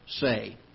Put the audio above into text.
say